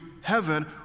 heaven